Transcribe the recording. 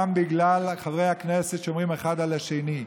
גם בגלל דברים שחברי הכנסת אומרים אחד על השני.